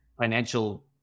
financial